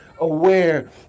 aware